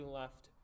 left